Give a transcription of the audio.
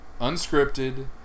unscripted